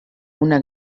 una